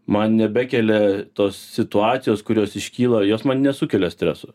man nebekelia tos situacijos kurios iškyla jos man nesukelia streso